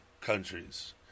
countries